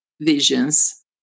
visions